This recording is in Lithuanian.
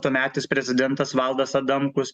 tuometis prezidentas valdas adamkus